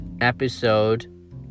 episode